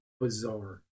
bizarre